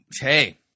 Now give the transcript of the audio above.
hey